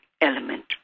element